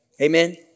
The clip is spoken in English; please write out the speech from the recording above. amen